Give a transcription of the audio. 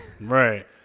right